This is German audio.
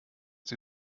sie